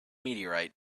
meteorite